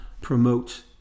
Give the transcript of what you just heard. promote